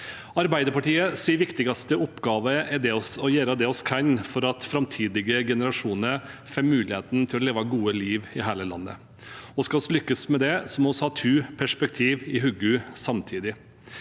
Arbeiderpartiets viktigste oppgave er å gjøre det vi kan for at framtidige generasjoner får muligheten til å leve et godt liv i hele landet. Skal vi lykkes med det, må vi ha to perspektiv i hodet samtidig.